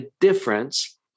difference